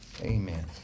Amen